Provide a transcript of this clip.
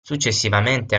successivamente